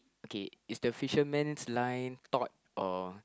okay if the fisherman line thought of